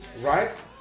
right